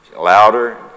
louder